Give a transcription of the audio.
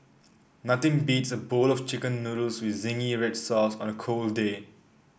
nothing beats a bowl of chicken noodles with zingy red sauce on a cold day